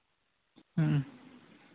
ᱦᱩᱸ